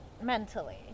mentally